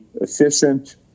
efficient